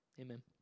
Amen